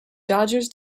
dodgers